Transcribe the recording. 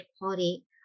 quality